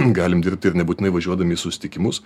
galim dirbti ir nebūtinai važiuodami į susitikimus